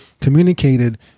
communicated